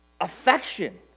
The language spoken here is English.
affection